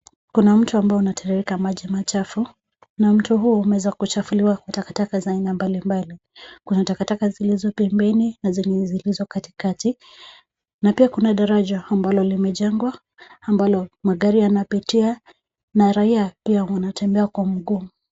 Kuna mto ambao unateremka maji machafu na mto huu umeweza kuchafuliwa na takataka za aina mbalimbali, kuna takataka zilizo pembeni na zilizo katikataki na pia kuna daraja ambalo limejengwa, ambalo magari yanapitia na raiya pia wanatembea kwa mguu.